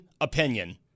opinion